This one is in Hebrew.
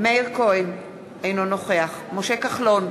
מאיר כהן, אינו נוכח משה כחלון,